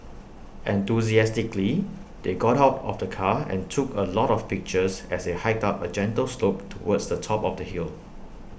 enthusiastically they got out of the car and took A lot of pictures as they hiked up A gentle slope towards the top of the hill